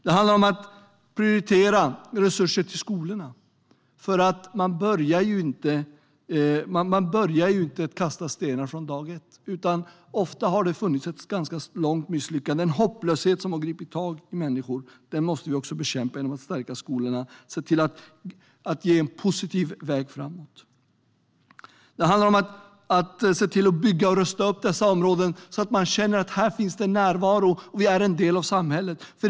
Det handlar om att prioritera resurser till skolorna. Man börjar inte kasta sten från dag ett, utan ofta har det funnits ett misslyckande under lång tid. Den hopplöshet som har gripit tag i människor måste vi bekämpa genom att stärka skolorna och ge en positiv väg framåt. Det handlar om att rusta upp dessa områden så att de boende känner att det finns närvaro och att de är en del av samhället.